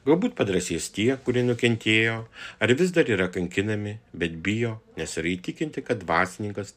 galbūt padrąsės tie kurie nukentėjo ar vis dar yra kankinami bet bijo nes įtikinti kad dvasininkas